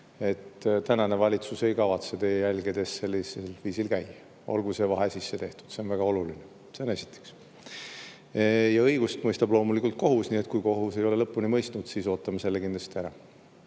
Praegune valitsus ei kavatse teie jälgedes sellisel viisil käia, olgu see vahe sisse tehtud. See on väga oluline. See on esiteks. Ja õigust mõistab loomulikult kohus, nii et kui kohus ei ole lõpuni mõistnud, siis ootame selle kindlasti ära.